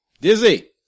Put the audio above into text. Dizzy